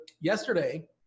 yesterday